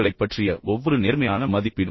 உங்களைப் பற்றிய ஒவ்வொரு நேர்மையான மதிப்பீடும்